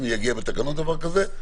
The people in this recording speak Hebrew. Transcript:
אם יגיע בתקנות דבר כזה,